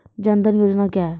जन धन योजना क्या है?